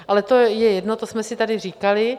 Ale to je jedno, to jsme si tady říkali.